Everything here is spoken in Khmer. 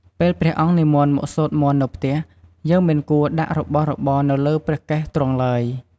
ពេលព្រះអង្គនិមន្តមកសូត្រមន្តនៅផ្ទះ យើងមិនគួរដាក់របស់របរនៅលើព្រះកេសទ្រង់ឡើយ។